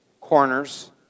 corners